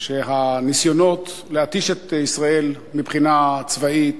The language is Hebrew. שהניסיונות להתיש את ישראל מבחינה צבאית